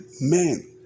men